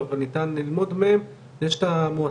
אז כמו שאמרתי,